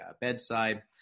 bedside